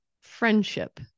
friendship